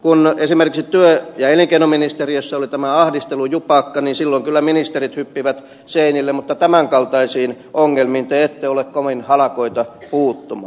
kun esimerkiksi työ ja elinkeinoministeriössä oli tämä ahdistelujupakka niin silloin kyllä ministerit hyppivät seinille mutta tämän kaltaisiin ongelmiin te ette ole kovin hanakoita puuttumaan